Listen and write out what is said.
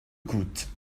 coûte